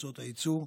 מועצות הייצור,